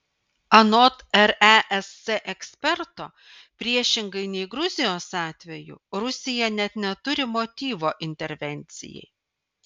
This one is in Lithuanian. anot resc eksperto priešingai nei gruzijos atveju rusija net neturi motyvo intervencijai